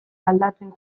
aldatzen